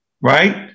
right